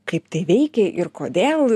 kaip tai veikė ir kodėl